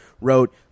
wrote